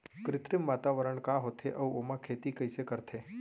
कृत्रिम वातावरण का होथे, अऊ ओमा खेती कइसे करथे?